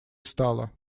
стала